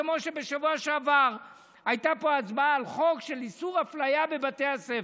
כמו שבשבוע שעבר הייתה פה הצבעה על חוק איסור אפליה בבתי הספר.